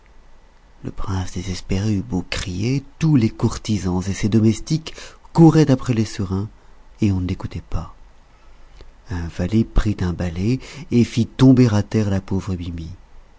le prince désespéré eut beau crier tous les courtisans et ses domestiques couraient après les serins et on ne l'écoutait pas un valet prit un balai et fit tomber à terre la pauvre biby